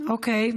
אוקיי.